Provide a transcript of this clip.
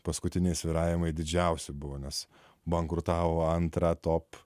paskutiniai svyravimai didžiausi buvo nes bankrutavo antra top